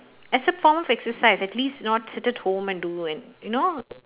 as a form of exercise at least not sit at home and do an~ you know